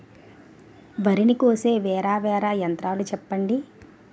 వరి ని కోసే వేరా వేరా యంత్రాలు చెప్పండి?